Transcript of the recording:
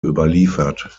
überliefert